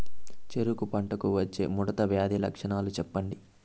చెరుకు పంటకు వచ్చే ముడత వ్యాధి లక్షణాలు చెప్పండి?